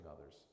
others